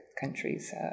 countries